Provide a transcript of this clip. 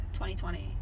2020